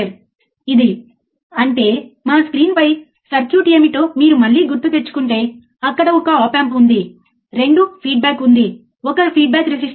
చివరకు మేము DC వోల్టేజ్ను వర్తింపజేస్తున్నాము మేము వోల్టేజ్ను వర్తింపజేస్తున్నాము మేము పరికరాలను ఉపయోగిస్తున్నాము